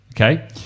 okay